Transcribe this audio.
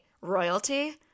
royalty